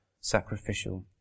sacrificial